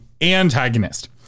antagonist